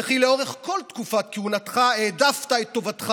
וכי לכל אורך תקופת כהונתך העדפת את טובתך